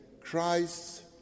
Christ